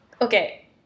okay